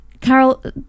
Carol